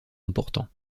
importants